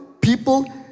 people